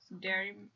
dairy